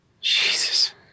Jesus